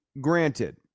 granted